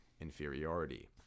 inferiority